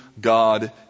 God